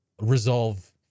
resolve